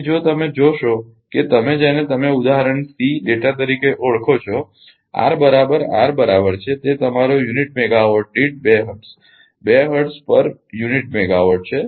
તેથી જો તમે જોશો કે તમે જેને તમે ઉદાહરણ Cસી ડેટા તરીકે ઓળખો છો આર બરાબર R બરાબર છે તે તમારો યુનિટ મેગાવાટ દીઠ 2 હર્ટ્ઝ છે